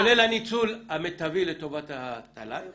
כולל הניצול המיטבי לטובת התל"ן?